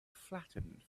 flattened